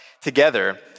together